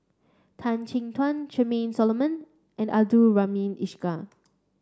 Tan Chin Tuan Charmaine Solomon and Abdul Rahim Ishak